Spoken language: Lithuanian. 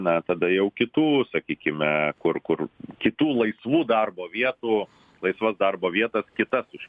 na tada jau kitų sakykime kur kur kitų laisvų darbo vietų laisvas darbo vietas kitas už